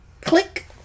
click